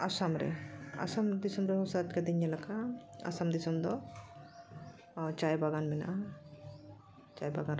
ᱟᱥᱟᱢ ᱨᱮ ᱟᱥᱟᱢ ᱫᱤᱥᱚᱢ ᱨᱮᱦᱚᱸ ᱥᱟᱹᱛ ᱠᱟᱛᱮᱧ ᱧᱮᱞ ᱟᱠᱟᱫᱼᱟ ᱟᱥᱟᱢ ᱫᱤᱥᱚᱢ ᱫᱚ ᱪᱟᱭ ᱵᱟᱜᱟᱱ ᱢᱮᱱᱟᱜᱼᱟ ᱪᱟᱭ ᱵᱟᱜᱟᱱ ᱨᱮ